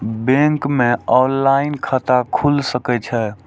Bank में online खाता खुल सके छे?